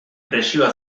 presioa